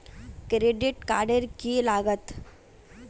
Credit card की लागत?